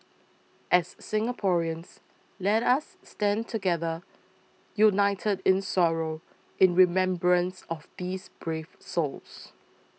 as Singaporeans let us stand together united in sorrow in remembrance of these brave souls